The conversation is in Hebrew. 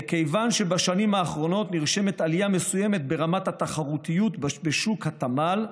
וכיוון שבשנים האחרונות נרשמת עלייה מסוימת ברמת התחרותיות בשוק התמ"ל,